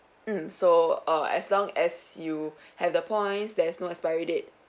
mm so err as long as you have the points there is no expiry date